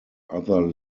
other